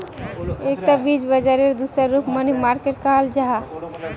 एकता वित्त बाजारेर दूसरा रूप मनी मार्किट कहाल जाहा